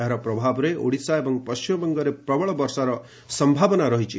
ଏହାର ପ୍ରଭାବରେ ଓଡ଼ିଶା ଏବଂ ପଶ୍ଚିମବଙ୍ଗରେ ପ୍ରବଳ ବର୍ଷାର ସମ୍ଭାବନା ରହିଛି